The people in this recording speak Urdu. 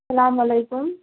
سلام علیکم